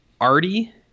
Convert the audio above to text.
arty